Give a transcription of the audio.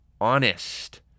honest